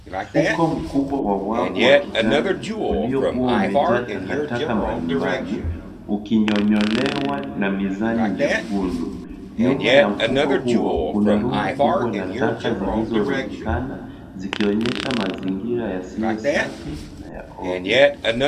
Mfuko mkubwa wa wavu wa kijani uliokuwa umejaa takataka mbalimbali ukinyonyolewa na mizani nyekundu. Nyuma ya mfuko huo kuna rundo kubwa la taka zilizorundikana zikionyesha mazingira yasiyo safi na ya ovyo.